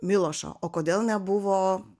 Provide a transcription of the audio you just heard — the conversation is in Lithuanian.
milošo o kodėl nebuvo